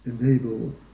enable